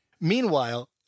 Meanwhile